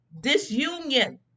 disunion